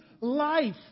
life